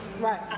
right